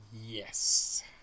Yes